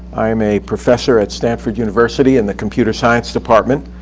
i'm a professor at stanford university, in the computer science department.